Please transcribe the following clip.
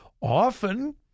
Often